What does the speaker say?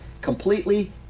completely